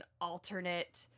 alternate